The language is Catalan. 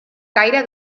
caire